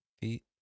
feet